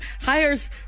hires